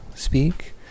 speak